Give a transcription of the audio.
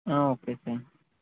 హా okay sir